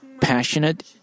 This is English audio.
passionate